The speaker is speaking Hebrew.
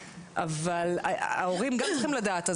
אבל ההורים גם צריכים לדעת.